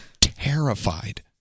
terrified